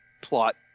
plot